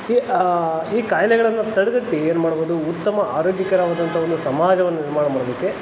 ಈ ಈ ಖಾಯ್ಲೆಗಳನ್ನು ತಡೆಗಟ್ಟಿ ಏನ್ಮಾಡ್ಬೋದು ಉತ್ತಮ ಆರೋಗ್ಯಕರವಾದಂಥ ಒಂದು ಸಮಾಜವನ್ನ ನಿರ್ಮಾಣ ಮಾಡೋದಕ್ಕೆ